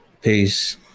Peace